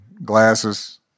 glasses